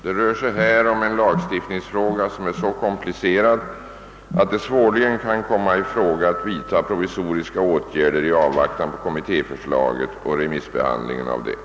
Det rör sig här om en lagstiftningsfråga som är så komplicerad, att det svårligen kan komma i fråga att vidta provisoriska åtgärder i avvaktan på kommittéförslaget och remissbehandlingen av detta.